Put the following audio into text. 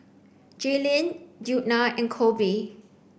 Jalynn Djuna and Koby